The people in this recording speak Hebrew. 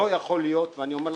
לא יכול להיות ויושבים